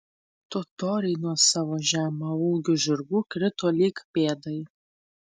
totoriai nuo savo žemaūgių žirgų krito lyg pėdai